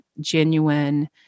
genuine